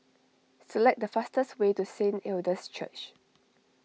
select the fastest way to Saint Hilda's Church